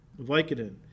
Vicodin